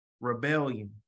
rebellion